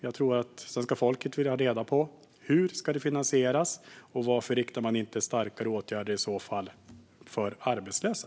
Jag tror att svenska folket vill ha reda på hur detta ska finansieras och varför man inte i stället vidtar starkare åtgärder för arbetslösa.